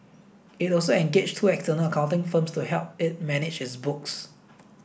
it also engaged two external accounting firms to help it manage its books